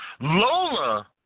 Lola